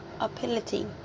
ability